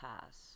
pass